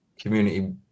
community